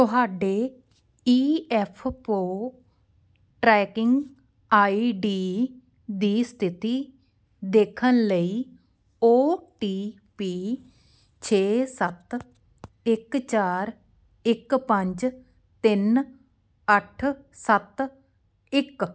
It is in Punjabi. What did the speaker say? ਤੁਹਾਡੇ ਈ ਐੱਫ ਪੋ ਟ੍ਰੈਕਿੰਗ ਆਈ ਡੀ ਦੀ ਸਥਿਤੀ ਦੇਖਣ ਲਈ ਓ ਟੀ ਪੀ ਛੇ ਸੱਤ ਇੱਕ ਚਾਰ ਇੱਕ ਪੰਜ ਤਿੰਨ ਅੱਠ ਸੱਤ ਇਕ